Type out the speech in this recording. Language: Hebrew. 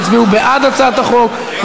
שהצביעו בעד הצעת החוק,